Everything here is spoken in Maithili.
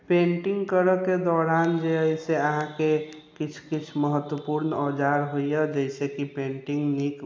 पेन्टिंग करऽ के दौरान जे अछि से अहाँके किछु किछु महत्वपूर्ण औजार होइया जाहिसे कि पेन्टिंग नीक